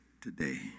today